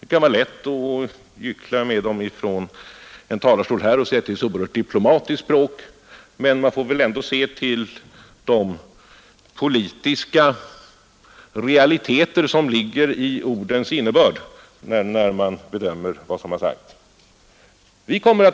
Det kan vara lätt att gyckla med de orden och säga att det är ett oerhört diplomatiskt språk, men man får väl ändå se till de politiska realiteter som ligger i ordens innebörd, när man bedömer vad som sagts.